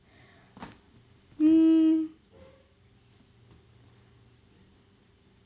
hmm